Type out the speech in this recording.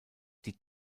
die